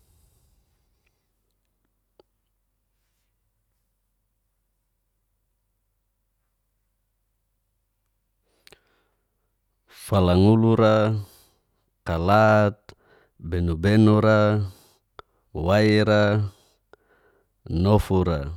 falangulura. kalat, benubenura, wawaira, nofura,